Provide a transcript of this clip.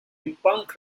punk